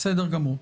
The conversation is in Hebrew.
בסדר גמור.